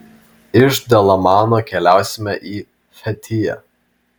iš dalamano keliausime į fetiją